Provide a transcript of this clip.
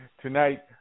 Tonight